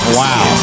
wow